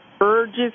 Urges